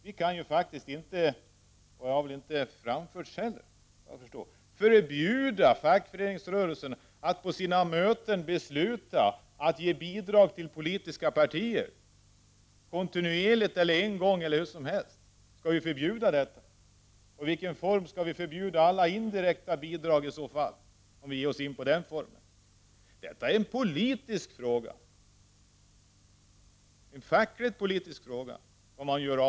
Vi kan faktiskt inte — och det har väl inte föreslagits heller, såvitt jag förstår — förbjuda fackföreningsrörelsen att på sina möten besluta att ge bidrag till politiska partier, kontinuerligt eller en gång eller hur som helst. Skulle vi förbjuda detta? Och i vilken form skall vi i så fall förbjuda alla indirekta bidrag? Vad man gör av medlemmarnas pengar är en fackligt politisk fråga.